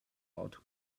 auto